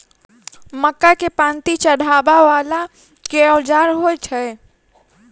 मक्का केँ पांति चढ़ाबा वला केँ औजार होइ छैय?